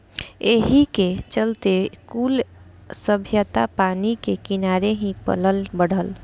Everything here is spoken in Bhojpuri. एही के चलते कुल सभ्यता पानी के किनारे ही पलल बढ़ल